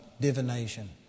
divination